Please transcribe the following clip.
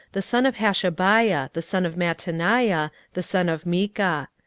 the son of hashabiah, the son of mattaniah, the son of micha.